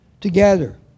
together